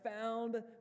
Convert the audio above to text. found